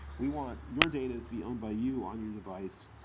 we want your data to be owned by you on your device,